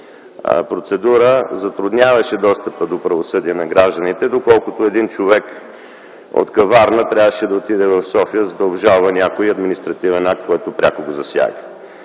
процедура затрудняваше достъпа до правосъдие на гражданите, доколкото един човек от Каварна трябваше да отиде в София, за да обжалва някой административен акт, който пряко го засяга.